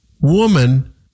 woman